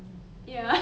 um